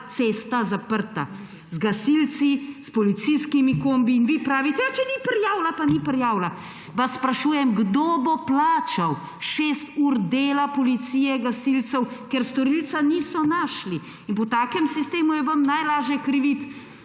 cesta zaprta z gasilci, s policijskimi kombiji in vi pravite ja, če ni prijavila pa ni prijavila. Sprašujem vas kdo bo plačal 6 ur dela Policije, gasilcev, ker storilca niso našli in po takem sistemu je vam najlažje kriviti